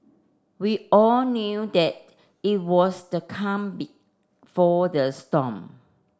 we all knew that it was the calm before the storm